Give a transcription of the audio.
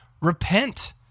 repent